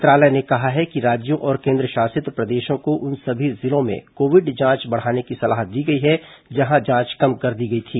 मंत्रालय ने कहा है कि राज्यों और केन्द्रशासित प्रदेशों को उन सभी जिलों में कोविड जांच बढ़ाने की सलाह दी गई है जहां जांच कम कर दी गई थी